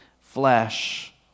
flesh